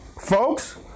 Folks